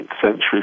century